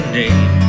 name